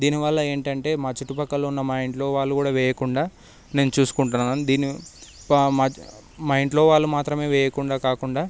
దీనివల్ల ఏంటంటే మా చుట్టుపక్కల ఉన్న మా ఇంట్లో వాళ్ళు కూడా వేయకుండా నేను చూసుకుంటాను దీని మా ఇంట్లో వాళ్ళు మాత్రమే వేయకుండా కాకుండా